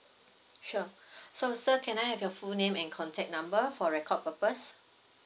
sure so sir can I have your full name and contact number for record purpose